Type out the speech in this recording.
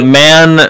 man